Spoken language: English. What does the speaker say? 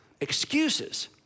excuses